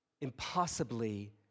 impossibly